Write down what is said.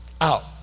out